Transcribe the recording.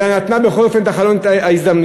אלא נתנה בכל אופן את חלון ההזדמנויות.